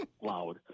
loud